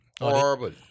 Horrible